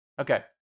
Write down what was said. okay